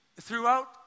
Throughout